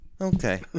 okay